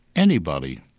anybody,